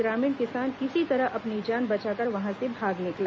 ग्रामीण किसान किसी तरह अपनी जान बचाकर वहां से भाग निकला